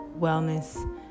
wellness